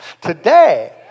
today